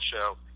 show